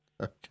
Okay